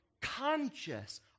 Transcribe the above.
conscious